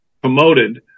promoted